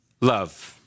love